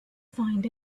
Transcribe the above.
find